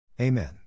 Amen